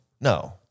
No